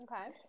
Okay